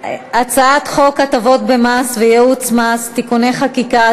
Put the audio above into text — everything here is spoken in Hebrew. הצעת חוק הטבות במס וייעוץ במס (תיקוני חקיקה),